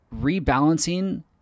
rebalancing